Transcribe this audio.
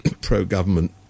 pro-government